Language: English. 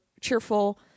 cheerful